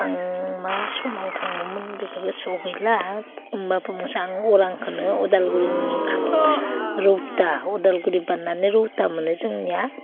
आं मा समाव थांदोंमोन बेखौ गोसोयाव गैला होमबाबो बुंनोसै आं अरांखौनो उदालगुरिनि रौता अदालगुरि बारनानै रौता मोनो जोंनिया